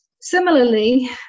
Similarly